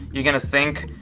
you're gonna think,